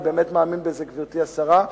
אני באמת מאמין בזה, גברתי השרה.